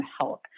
Health